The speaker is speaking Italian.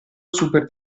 super